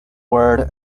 word